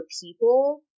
people